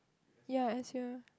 ya I S_U